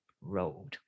road